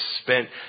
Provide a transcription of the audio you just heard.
spent